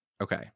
okay